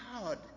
God